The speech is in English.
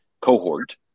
cohort